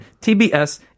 TBS